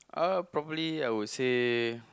uh probably I would say